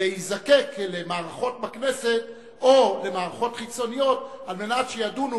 להיזקק למערכות בכנסת או למערכות חיצוניות על מנת שידונו